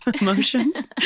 emotions